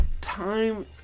time